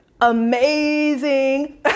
amazing